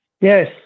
Yes